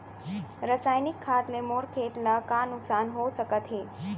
रसायनिक खाद ले मोर खेत ला का नुकसान हो सकत हे?